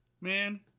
man